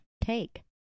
take